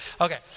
Okay